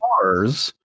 cars